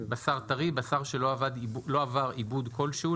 ""בשר טרי" בשר שלא עבר עיבוד כלשהו,